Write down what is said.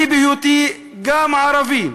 אני בהיותי גם ערבי,